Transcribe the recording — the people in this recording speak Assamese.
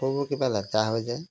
কাপোৰবোৰ কিবা লেতেৰা হৈ যায়